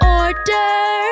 order